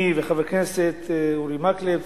אני וחברי הכנסת אורי מקלב,